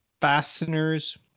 Fasteners